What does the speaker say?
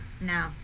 No